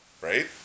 right